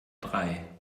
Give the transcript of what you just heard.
drei